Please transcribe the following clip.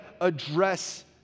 address